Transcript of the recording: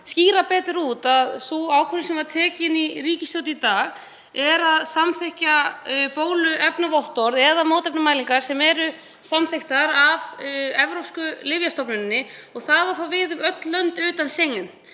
skýra það betur þá var ákvörðunin sem var tekin í ríkisstjórn í dag sú að samþykkja bóluefnavottorð eða mótefnamælingar sem eru samþykktar af Evrópsku lyfjastofnuninni og það á þá við um öll lönd utan Schengen.